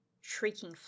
shrieking